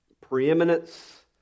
preeminence